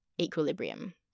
equilibrium